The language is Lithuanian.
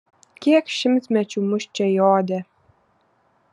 kiek šimtmečių mus čia jodė